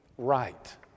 Right